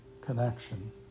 connection